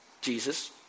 Jesus